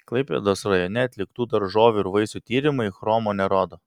klaipėdos rajone atliktų daržovių ir vaisių tyrimai chromo nerodo